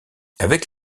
avec